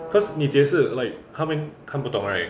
cause 你解释 like 他们看不懂 right